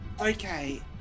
Okay